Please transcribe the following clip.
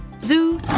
Zoo